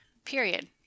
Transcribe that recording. period